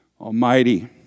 Almighty